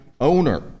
owner